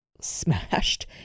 smashed